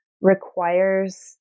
requires